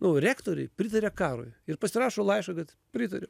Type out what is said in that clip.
nu rektoriai pritaria karui ir pasirašo laišką kad pritariu